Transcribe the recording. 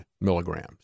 milligrams